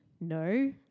no